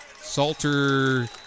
Salter